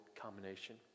combination